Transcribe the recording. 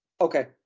Okay